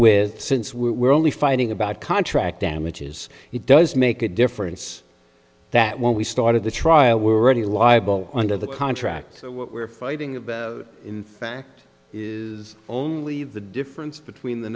with since we're only fighting about contract damages it does make a difference that when we started the trial we're already liable under the contract what we're fighting about in fact is only the difference between the